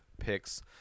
picks